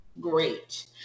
Great